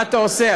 מה אתה עושה?